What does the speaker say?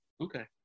okay